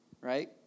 right